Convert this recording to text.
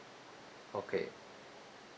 okay